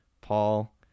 Paul